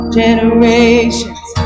generations